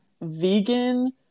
vegan